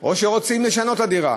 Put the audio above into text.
או שרוצים לשנות את הדירה